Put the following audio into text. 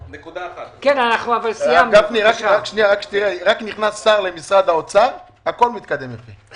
רק נכנס שר למשרד האוצר הכול מתקדם יפה.